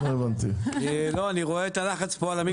לא, אני רואה את הלחץ פה על המיקרופון.